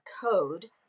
code